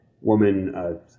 woman